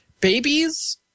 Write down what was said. Babies